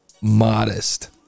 Modest